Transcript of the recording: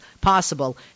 possible